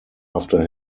after